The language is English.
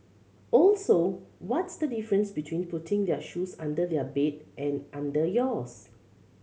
also what's the difference between putting their shoes under their bed and under yours